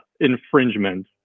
infringement